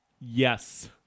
Yes